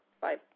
Bye